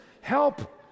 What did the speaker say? help